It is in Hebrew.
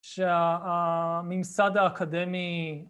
‫שהממסד האקדמי...